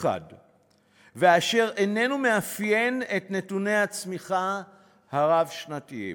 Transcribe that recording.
אחד ואיננו מאפיין את נתוני הצמיחה הרב-שנתיים,